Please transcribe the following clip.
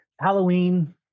Halloween